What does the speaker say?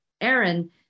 Aaron